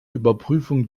überprüfung